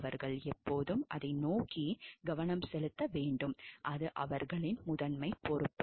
அவர்கள் எப்போதும் அதை நோக்கி கவனம் செலுத்த வேண்டும் அது அவர்களின் முதன்மை பொறுப்பு